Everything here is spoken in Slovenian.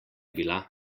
bila